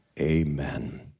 Amen